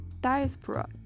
diaspora